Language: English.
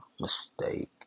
mistake